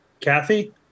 Kathy